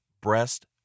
breast